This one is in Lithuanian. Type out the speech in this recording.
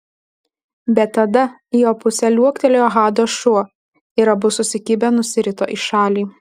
bet tada į jo pusę liuoktelėjo hado šuo ir abu susikibę nusirito į šalį